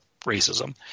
racism